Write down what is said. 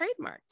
trademarked